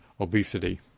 obesity